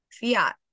Fiat